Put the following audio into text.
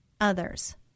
others